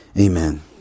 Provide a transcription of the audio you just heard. amen